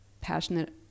passionate